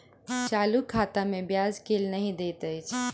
चालू खाता मे ब्याज केल नहि दैत अछि